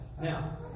Now